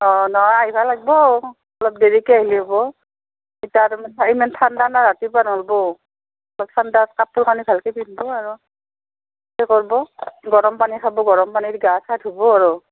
অঁ ন আহিব লাগিব অলপ দেৰিকৈ আহিলে হ'ব এতিয়া ইমান ঠাণ্ডা না ৰাতিপুৱা নোলাব অলপ ঠাণ্ডা কাপোৰ কানি ভালকৈ পিন্ধিব আৰু সেই কৰিব গৰম পানী খাব গৰম পানীত গা চা ধুব আৰু